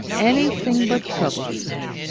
anything but troublesome.